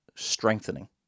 strengthening